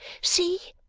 see!